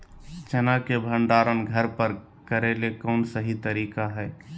चना के भंडारण घर पर करेले कौन सही तरीका है?